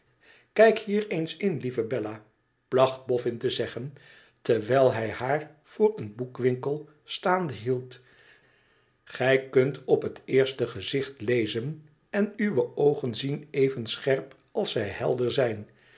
ikijk hier eens in lieve bella placht boffin te zeggen terwijl hij haar voor een boekwinkel staande hield gij kunt op het eerste gezicht lezen en uwe oogen zien even scherp als zij helder zijn